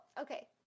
okay